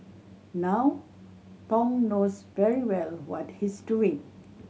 now Thong knows very well what he's doing